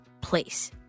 place